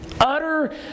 Utter